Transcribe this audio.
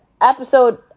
episode